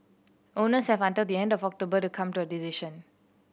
owners have until the end of October to come to a decision